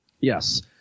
Yes